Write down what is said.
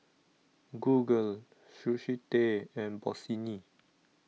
Google Sushi Tei and Bossini